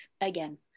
again